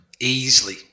Easily